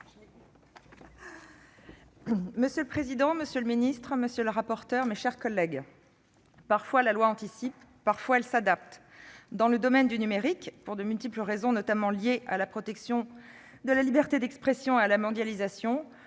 Monsieur le président, monsieur le ministre, mes chers collègues, parfois la loi anticipe, parfois elle s'adapte. Dans le domaine du numérique, pour de multiples raisons notamment liées à la protection de la liberté d'expression et à la mondialisation,